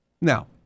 Now